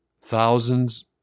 thousands